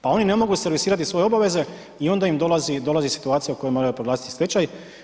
pa oni ne mogu servisirati svoje obaveze i onda im dolazi, dolazi situacija u kojoj moraju proglasiti stečaj.